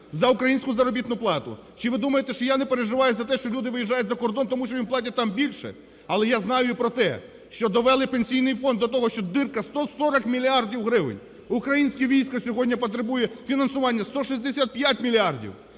за українську заробітну плату. Чи ви думаєте, що я не переживаю за те, що люди виїжджають за кордон, тому що їм платять там більше? Але я знаю і про те, що довели Пенсійний фонд до того, що дірка – 140 мільярдів гривень. Українське військо сьогодні потребує фінансування 165 мільярдів.